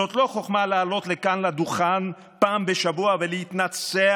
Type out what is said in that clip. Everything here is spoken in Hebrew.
זאת לא חוכמה לעלות לכאן לדוכן פעם בשבוע ולהתנצח